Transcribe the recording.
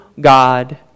God